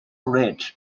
red